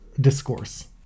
discourse